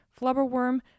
Flubberworm